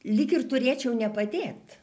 lyg ir turėčiau nepadėt